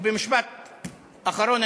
ובמשפט אחרון,